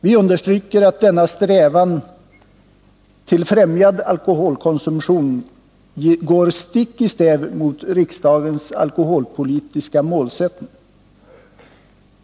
Vi understryker också att denna strävan till främjad alkoholkonsumtion går stick i stäv mot riksdagens alkoholpolitiska målsättning.